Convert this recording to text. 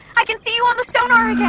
i can see you on the sonar yeah